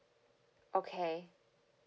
okay